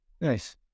Nice